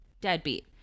deadbeat